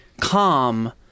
calm